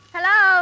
Hello